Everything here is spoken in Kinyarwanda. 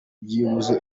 byibuze